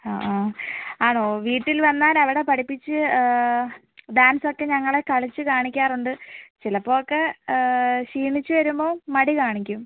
ആ ആ ആണോ വീട്ടിൽ വന്നാൽ അവിടെ പഠിപ്പിച്ച് ഡാൻസ് ഒക്കെ ഞങ്ങളെ കളിച്ച് കാണിക്കാറുണ്ട് ചിലപ്പോൾ ഒക്കെ ക്ഷീണിച്ച് വരുമ്പോൾ മടി കാണിക്കും